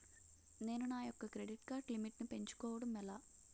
నేను నా యెక్క క్రెడిట్ కార్డ్ లిమిట్ నీ పెంచుకోవడం ఎలా?